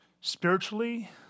spiritually